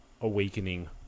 awakening